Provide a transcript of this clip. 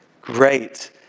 Great